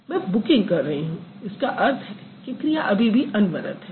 मैं बुकिंग कर रही हूँ इसका अर्थ है कि क्रिया अभी भी अनवरत है